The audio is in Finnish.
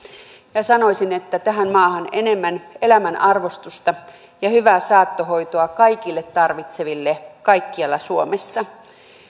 minä sanoisin että tähän maahan enemmän elämän arvostusta ja hyvää saattohoitoa kaikille tarvitseville kaikkialla suomessa